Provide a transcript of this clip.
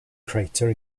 crater